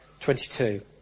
22